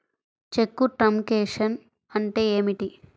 చెక్కు truncation అంటే ఏమిటి?